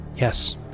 Yes